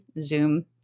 Zoom